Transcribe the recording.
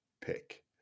pick